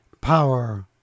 power